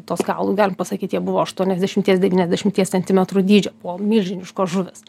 tuos kaulus galim pasakyt jie buvo aštuoniasdešimties devyniasdešimties centimetrų dydžio buvo milžiniškos žuvys